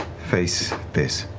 face this.